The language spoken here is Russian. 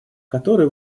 который